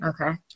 Okay